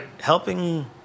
helping